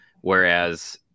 whereas